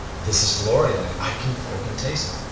this is glory, like i can freaking taste it.